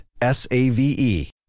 S-A-V-E